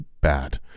bad